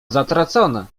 zatracone